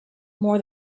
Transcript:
more